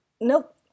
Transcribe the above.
Nope